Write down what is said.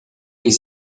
les